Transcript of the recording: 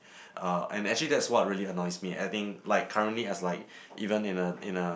uh and actually that's what really annoys me I think like currently as like even in a in a